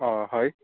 অঁ হয়